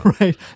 Right